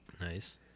Nice